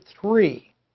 three